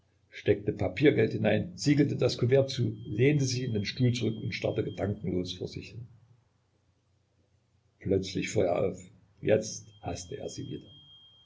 steckte papiergeld hinein siegelte das kuvert zu lehnte sich in den stuhl zurück und starrte gedankenlos vor sich hin plötzlich fuhr er auf jetzt haßte er sie wieder